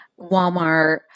Walmart